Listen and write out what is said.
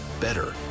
better